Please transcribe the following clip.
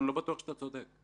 ואני לא בטוח שאתה צודק.